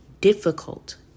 difficult